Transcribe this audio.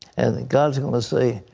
and god will say,